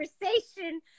conversation